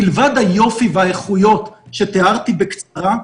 מלבד היופי והאיכויות, שתיארתי בקצרה,